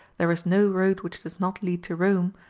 there is no road which does not lead to rome,